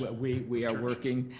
but we we are working